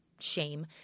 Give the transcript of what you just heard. shame